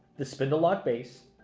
the spindle lock base,